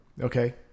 Okay